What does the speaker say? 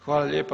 Hvala lijepa.